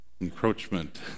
Encroachment